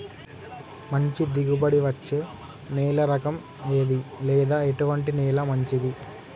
మంచి దిగుబడి ఇచ్చే నేల రకం ఏది లేదా ఎటువంటి నేల మంచిది?